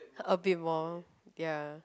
a bit more ya